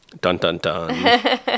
Dun-dun-dun